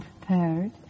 prepared